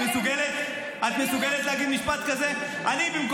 -- שרק אתה צודק, ואין, רק